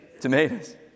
Tomatoes